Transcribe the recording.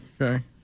okay